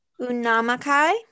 Unamakai